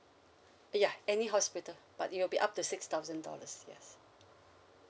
ya any hospital but it will be up to six thousand dollars yes